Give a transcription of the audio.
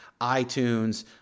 iTunes